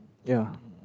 ya